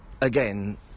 Again